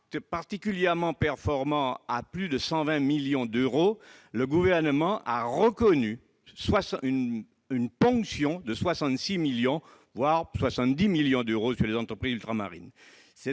particulièrement performants à plus de 120 millions d'euros. Le Gouvernement, quant à lui, a reconnu une ponction de 66 millions d'euros, voire de 70 millions d'euros, sur les entreprises ultramarines.